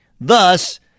Thus